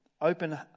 open